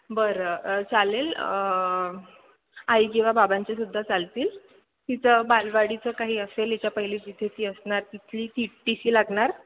बरं चालेल आई किंवा बाबांचे सुद्धा चालतील तिचं बालवाडीचं काही असेल याच्या पहिली जिथे ती असणार तिथली ती टी सी लागणार